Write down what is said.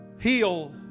heal